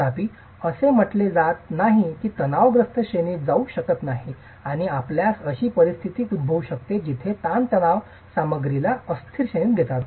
तथापि असे म्हटले जात नाही की ताण तणावग्रस्त श्रेणीत जाऊ शकत नाही आणि आपल्यास अशी परिस्थिती उद्भवू शकते जिथे ताणतणाव सामग्रीला अस्थिर श्रेणीत घेतात